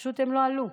הם פשוט לא עלו.